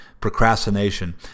procrastination